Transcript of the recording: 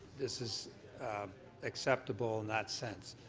this is acceptable in that sense.